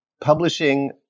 publishing